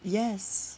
yes